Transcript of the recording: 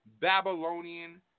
Babylonian